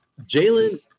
Jalen